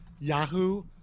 Yahoo